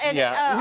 and yeah.